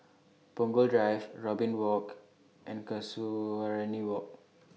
Punggol Drive Robin Walk and Casuarina Walk